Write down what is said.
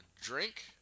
drink